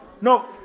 No